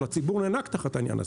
אבל הציבור נאנק תחת העניין הזה.